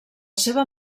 seva